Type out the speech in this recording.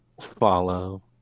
follow